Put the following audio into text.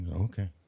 Okay